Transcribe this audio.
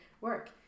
work